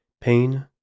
Pain